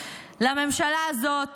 לממשלה הזאת